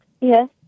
Yes